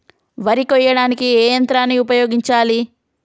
వరి కొయ్యడానికి ఏ యంత్రాన్ని ఉపయోగించాలే?